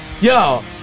yo